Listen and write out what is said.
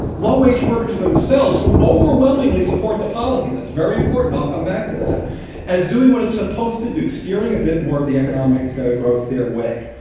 low-wage workers themselves, who overwhelmingly support the policy that's very important, i'll come back to that as doing what it's supposed to do, steering a bit more of the economic growth their way.